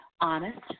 honest